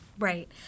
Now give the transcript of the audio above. Right